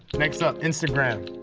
next up, instagram,